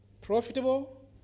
Profitable